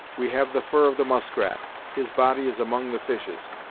we have the fur of the muskrat his body is among the fishes.